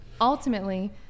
ultimately